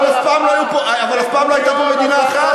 אבל אף פעם לא הייתה פה מדינה אחת.